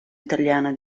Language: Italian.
italiana